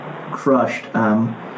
Crushed